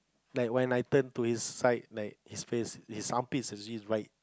like when I turn to his side like his face his armpit is actually right